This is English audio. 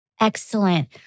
Excellent